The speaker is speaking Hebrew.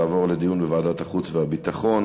תעבור לדיון בוועדת החוץ והביטחון.